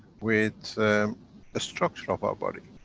with the structure of our body.